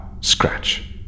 Scratch